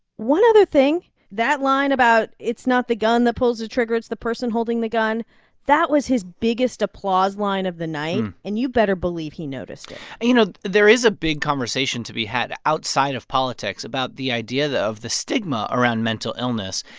one other thing that line about it's not the gun that pulls the trigger it's the person holding the gun that was his biggest applause line of the night. and you better believe he noticed it you know, there is a big conversation to be had outside of politics about the idea of the stigma around mental illness.